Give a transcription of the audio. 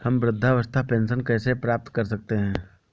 हम वृद्धावस्था पेंशन कैसे प्राप्त कर सकते हैं?